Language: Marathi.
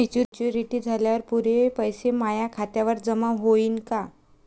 मॅच्युरिटी झाल्यावर पुरे पैसे माया खात्यावर जमा होईन का?